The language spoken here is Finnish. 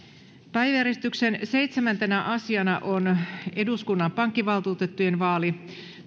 päiväjärjestyksen seitsemäntenä asiana on eduskunnan pankkivaltuutettujen vaali